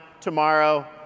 tomorrow